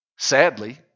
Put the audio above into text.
Sadly